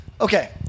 Okay